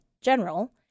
General